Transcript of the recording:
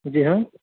जी हाँ